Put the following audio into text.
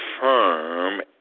firm